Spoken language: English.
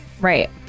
Right